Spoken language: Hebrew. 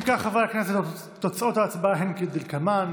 אם כך, חברי הכנסת, תוצאות ההצבעה הן כדלקמן: